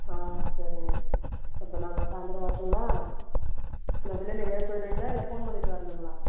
ஆ சரிங்க அப்போ நாங்கள் சாயந்தரம் வரட்டும்ங்களா இல்லை வெளியில் எங்கேயாது போய்விடுவீங்களா இல்லை ஃபோன் பண்ணிவிட்டு வரணும்ங்களா